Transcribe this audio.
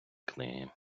книги